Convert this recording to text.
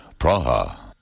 Praha